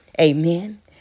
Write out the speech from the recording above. Amen